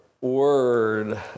word